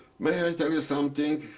may i tell you something?